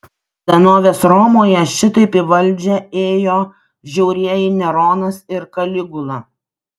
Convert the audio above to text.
senovės romoje šitaip į valdžią ėjo žiaurieji neronas ir kaligula